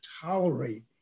tolerate